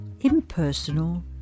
impersonal